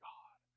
God